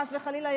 חס וחלילה,